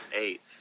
eight